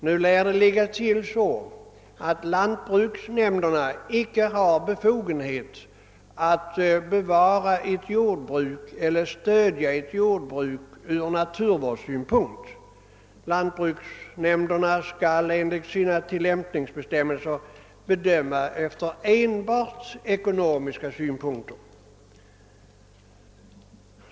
Nu lär det ligga så till att lantbruksnämnderna inte har befogenhet att bevara eller stödja ett jordbruk ur naturvårdssynpunkt — lantbruksnämnderna skall enligt bestämmelserna göra sina bedömningar enbart enligt ekonomiska beräkningsgrunder.